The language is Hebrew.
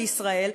בישראל,